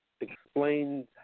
explains